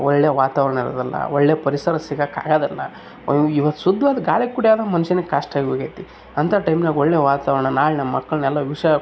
ಒಳ್ಳೆ ವಾತಾವರಣ ಇರೋದಿಲ್ಲ ಒಳ್ಳೇ ಪರಿಸರ ಸಿಗೋಕ್ ಆಗೋದಿಲ್ಲ ಅಯ್ಯೋ ಶುದ್ವಾದ ಗಾಳಿ ಕುಡಿಯೋದ್ ಮನುಷ್ಯನಿಗೆ ಕಷ್ಟ ಆಗಿ ಹೋಗಿದೆ ಅಂಥ ಟೈಮ್ನಾಗ ಒಳ್ಳೇ ವಾತಾವರಣ ನಾಳೆ ನಮ್ಮ ಮಕ್ಕಳನ್ನೆಲ್ಲ ವಿಷ